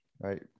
right